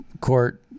court